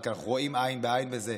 כי אנחנו רואים עין בעין בזה,